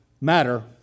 matter